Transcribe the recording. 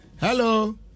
Hello